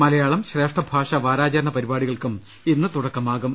മലയാളം ശ്രേഷ്ഠ ഭാഷാ വാരാചരണപരിപാടികൾക്കും ഇന്ന് തുടക്കമാകും